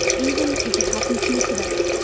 even if it happened to me today,